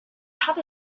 had